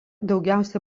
daugiausia